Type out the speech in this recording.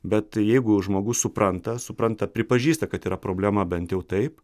bet jeigu žmogus supranta supranta pripažįsta kad yra problema bent jau taip